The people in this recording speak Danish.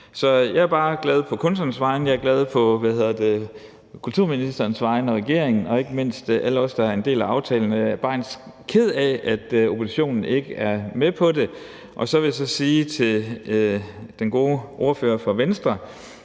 Så jeg er bare glad på kunstnernes vegne. Jeg er glad på kulturministerens vegne og på regeringens og ikke mindst på alle vores vegne, der er en del af aftalen. Jeg er bare ked af, at oppositionen ikke er med på det. Og så vil jeg så sige til den gode ordfører for Venstre,